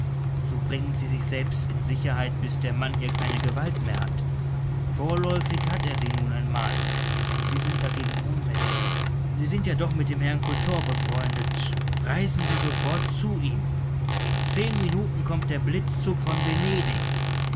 so bringen sie sich selbst in sicherheit bis der mann hier keine gewalt mehr hat vorläufig hat er sie nun einmal und sie sind dagegen ohnmächtig sie sind ja doch mit dem herrn kultor befreundet reisen sie sofort zu ihm in zehn minuten kommt der blitzzug von venedig